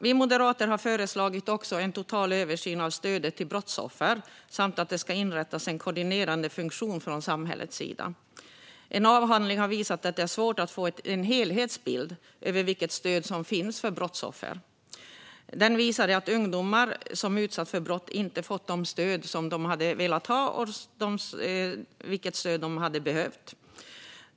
Vi moderater har föreslagit en total översyn av stödet till brottsoffer samt att det ska inrättas en koordinerande funktion från samhällets sida. En avhandling har visat att det är svårt att få en helhetsbild över vilket stöd som finns för brottsoffer. Avhandlingen visade att ungdomar som utsatts för brott inte fått det stöd som de hade velat ha och behövt.